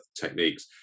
techniques